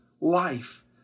life